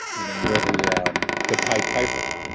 you know you're the yeah um the pied piper.